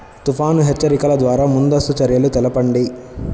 తుఫాను హెచ్చరికల ద్వార ముందస్తు చర్యలు తెలపండి?